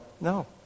no